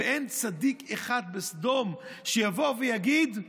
ואין צדיק אחד בסדום שיבוא ויגיד: